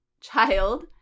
child